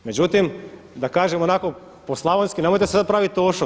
Međutim, da kažem onako po slavonski nemojte se sad pravit Tošo.